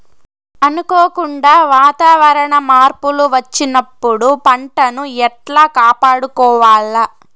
అనుకోకుండా వాతావరణ మార్పులు వచ్చినప్పుడు పంటను ఎట్లా కాపాడుకోవాల్ల?